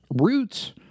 roots